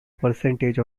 percentage